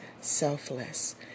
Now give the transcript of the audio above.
selfless